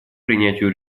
принятию